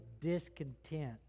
discontent